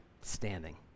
standing